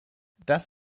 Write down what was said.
das